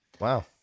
wow